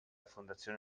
fondazione